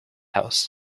house